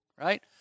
right